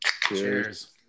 Cheers